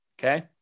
Okay